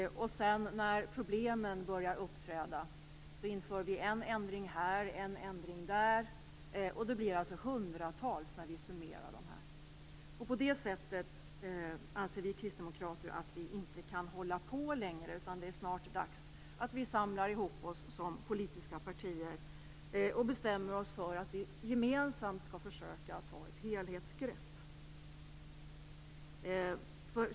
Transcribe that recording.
När problemen börjar uppträda införs en ändring här, en ändring där. Det blir hundratals vid en summering. Vi kristdemokrater anser att det inte går att hålla på längre på det sättet. Det är snart dags att de politiska partierna bestämmer sig för att gemensamt försöka ta ett helhetsgrepp.